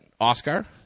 Oscar